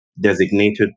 designated